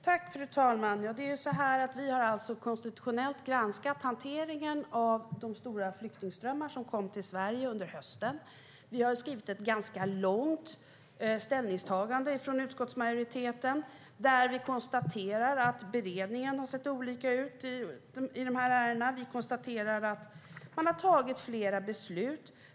Fru talman! Vi har konstitutionellt granskat hanteringen av de stora flyktingströmmar som kom till Sverige under hösten. Vi har skrivit ett ganska långt ställningstagande från utskottsmajoriteten, där vi konstaterar att beredningen har sett olika ut i dessa ärenden. Vi konstaterar att man har tagit flera beslut.